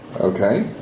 Okay